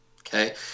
okay